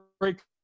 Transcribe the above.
great